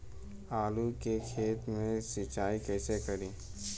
आलू के खेत मे सिचाई कइसे करीं?